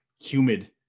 humid